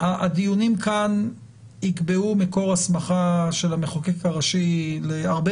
הדיונים כאן יקבעו מקור הסמכה של המחוקק הראשי להרבה